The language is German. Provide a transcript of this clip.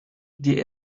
die